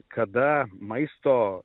kada maisto